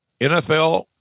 NFL